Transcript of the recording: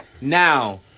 Now